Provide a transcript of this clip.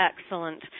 Excellent